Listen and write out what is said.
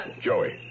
Joey